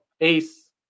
ace